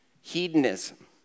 hedonism